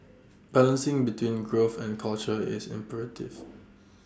balancing between growth and culture is imperative